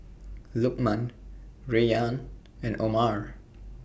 Lukman Rayyan and Omar